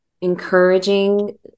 encouraging